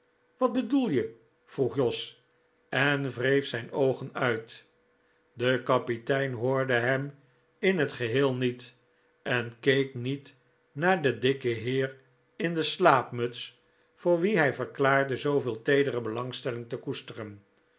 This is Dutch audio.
wat bedoel je vroeg jos en wreef zijn oogen uit de kapitein hoordc hem in het geheel niet en keek niet naar den dikken heer in de slaapmuts voor wien hij verklaarde zooveel teedere belangstelling te koesteren